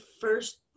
first